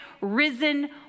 risen